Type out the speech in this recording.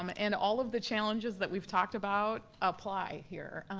um and all of the challenges that we've talked about apply here.